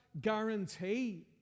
guarantee